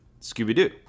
Scooby-Doo